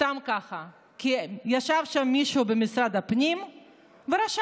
סתם ככה ישב שם מישהו במשרד הפנים ורשם,